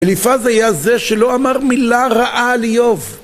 אליפז היה זה שלא אמר מילה רעה על איוב